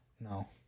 No